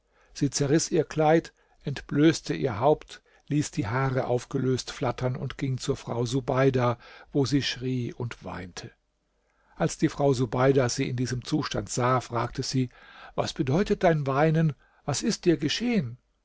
sie zerriß ihr kleid entblößte ihr haupt ließ die haare aufgelöst flattern und ging zur frau subeida wo sie schrie und weinte als die frau subeida sie in diesem zustand sah fragte sie was bedeutet dein weinen was ist dir geschehen